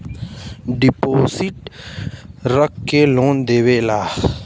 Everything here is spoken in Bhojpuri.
डिपोसिट रख के लोन देवेला